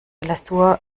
lasur